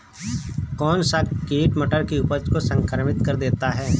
कौन सा कीट मटर की उपज को संक्रमित कर देता है?